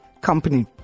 company